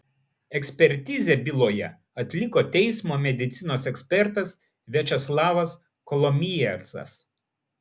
ekspertizę byloje atliko teismo medicinos ekspertas viačeslavas kolomiecas